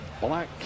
black